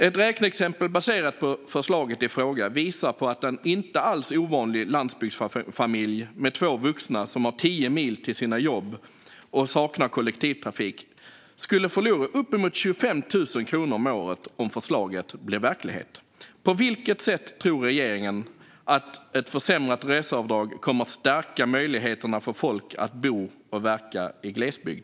Ett räkneexempel baserat på förslaget i fråga visar på att en inte alls ovanlig landsbygdsfamilj med två vuxna som har 10 mil till sina jobb och som saknar kollektivtrafik skulle förlora uppemot 25 000 kronor om året om förslaget blir verklighet. På vilket sätt tror regeringen att ett försämrat reseavdrag kommer att stärka möjligheterna för folk att bo och verka i glesbygd?